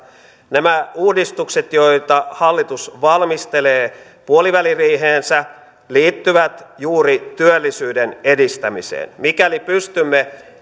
nämä uudistukset joita hallitus valmistelee puoliväliriiheensä liittyvät juuri työllisyyden edistämiseen mikäli pystymme